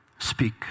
Speak